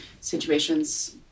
situations